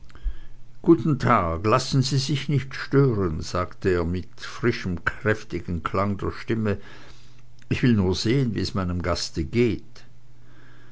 guten tag lassen sie sich nicht stören sagte er mit frischem kräftigem klang der stimme ich will nur sehen wie es meinem gaste geht